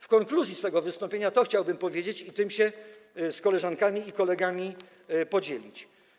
W konkluzji tego wystąpienia chciałbym coś powiedzieć i tym się z koleżankami i kolegami podzielić.